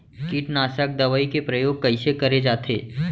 कीटनाशक दवई के प्रयोग कइसे करे जाथे?